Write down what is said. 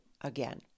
again